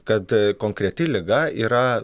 kad konkreti liga yra